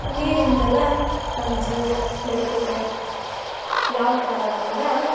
ನೀರಿಂದಲ್ಲಾ ನಮ್ಮ ಜೀವನ ನಡಿತೈತೆ ಯಾವ್ಥರ ಅಂದ್ರೆ